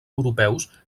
europeus